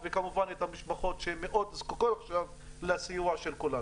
אנחנו עשינו עבודת הכנה.